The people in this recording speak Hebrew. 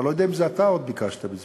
אני לא יודע אם אתה ביקשת, בזמנו,